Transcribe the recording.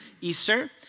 Easter